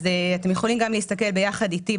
אתם יכולים להסתכל ביחד איתי,